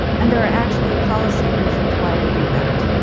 and there are actually policy reasons why we do that.